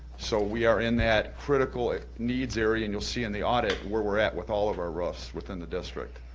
so we are in that critical needs area, and you'll see in the audit where we're at with all of our roofs within the district.